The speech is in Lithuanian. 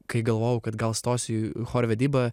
kai galvojau kad gal stosiu į chorvedybą